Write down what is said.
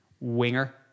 winger